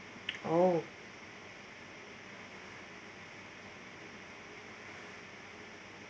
oh